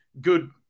good